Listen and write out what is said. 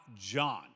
John